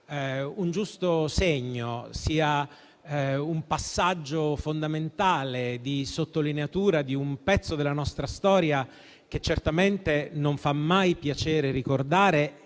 un giusto segno e sia un passaggio fondamentale di sottolineatura di un pezzo della nostra storia, che certamente non fa mai piacere ricordare